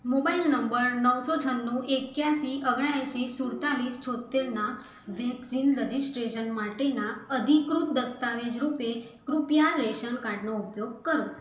mobile number નવસો છન્નું એક્યાશી ઓગણએંશી સુડતાલીસ છોત્તેરના વેક્સીન રજિસ્ટ્રેશન માટેના અધિકૃત દસ્તાવેજ રૂપે કૃપયા રેશન કાર્ડનો ઉપયોગ કરો